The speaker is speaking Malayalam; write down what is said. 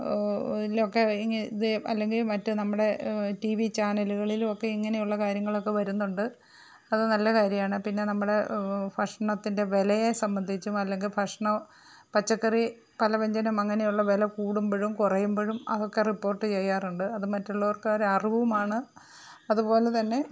ഇതിലുവൊക്കെ ങ്കി ഇദേ അല്ലെങ്കിൽ മറ്റേ നമ്മുടെ ടീ വി ചാനലുകളിലുവൊക്കെ ഇങ്ങനെയുള്ള കാര്യങ്ങളൊക്കെ വരുന്നുണ്ട് അത് നല്ല കാര്യമാണ് പിന്നെ നമ്മുടെ ഭക്ഷണത്തിൻ്റെ വിലയെ സംബന്ധിച്ചും അല്ലെങ്കിൽ ഭക്ഷണം പച്ചക്കറി പലവ്യജ്ഞനം അങ്ങനെയുള്ള വില കൂടുമ്പോഴും കുറയുമ്പോഴും അതൊക്കെ റിപ്പോർട്ട് ചെയ്യാറുണ്ട് അത് മറ്റുള്ളവർക്കൊരു അറിവുമാണ് അതുപോലെ തന്നെ